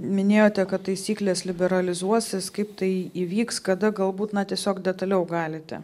minėjote kad taisyklės liberalizuosis kaip tai įvyks kada galbūt na tiesiog detaliau galite